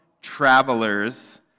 travelers